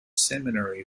seminary